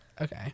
Okay